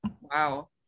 Wow